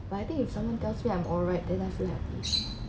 but I think if someone tells me I'm alright then I'll feel happy